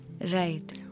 Right